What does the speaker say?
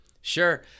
Sure